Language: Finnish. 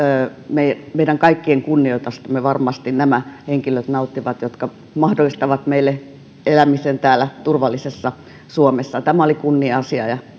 meidän kaikkien kunnioitusta varmasti nauttivat nämä henkilöt jotka ovat mahdollistaneet meille elämisen täällä turvallisessa suomessa tämä oli kunnia asia ja